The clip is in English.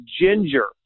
ginger